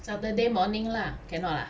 saturday morning lah cannot ah